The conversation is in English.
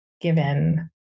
given